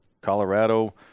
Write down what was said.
Colorado